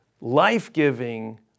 life-giving